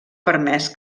permès